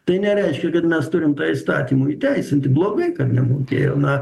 tai nereiškia kad mes turim įstatymu įteisinti blogai kad nemokėjo na